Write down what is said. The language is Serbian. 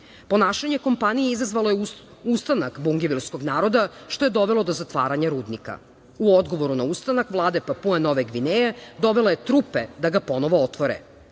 Ponašanje kompanije izazvalo je ustanak bungevilskog naroda što je dovelo do zatvaranja rudnika. U odgovoru na ustanak Vlada Papue Nove Gvineje dovela je trupe da ga ponovo otvore.